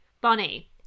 Bonnie